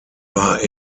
war